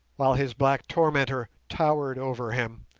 while his black tormentor towered over him,